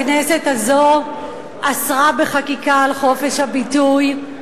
הכנסת הזו אסרה בחקיקה על חופש הביטוי,